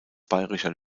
bayerischer